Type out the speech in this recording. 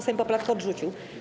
Sejm poprawkę odrzucił.